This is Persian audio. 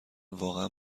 واقعا